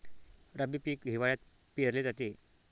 रब्बी पीक हिवाळ्यात पेरले जाते